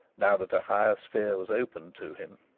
now that a higher sphere was opened to him.